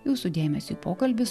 jūsų dėmesiui pokalbis